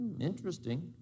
Interesting